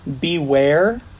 beware